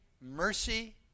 mercy